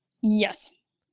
Yes